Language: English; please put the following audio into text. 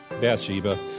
Bathsheba